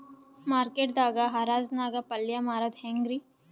Market ದಾಗ್ ಹರಾಜ್ ನಾಗ್ ಪಲ್ಯ ಮಾರುದು ಹ್ಯಾಂಗ್ ರಿ?